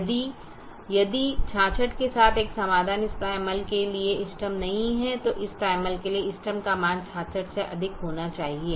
यदि यदि 66 के साथ एक समाधान इस प्राइमल के लिए इष्टतम नहीं है तो इस प्राइमल के लिए इष्टतम का मान 66 से अधिक होना चाहिए